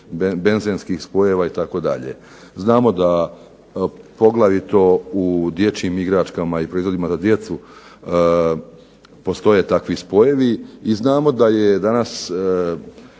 benzenskih spojeva itd. Znamo da poglavito u dječjim igračkama i proizvodima za djecu postoje takvi spojevi i znamo da je danas